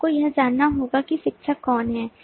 आपको यह जानना होगा कि शिक्षक कौन है